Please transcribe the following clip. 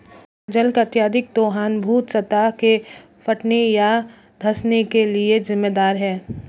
जल का अत्यधिक दोहन भू सतह के फटने या धँसने के लिये जिम्मेदार है